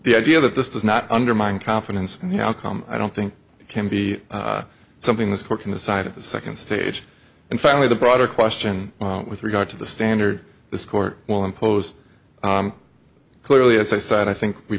the idea that this does not undermine confidence in the outcome i don't think it can be something that's work on the side of the second stage and finally the broader question with regard to the standard this court will impose clearly as i said i think we